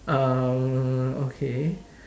um okay